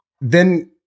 then-